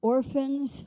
Orphans